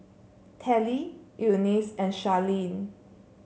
Telly Eunice and Sharleen